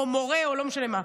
או מורה או לא משנה מה,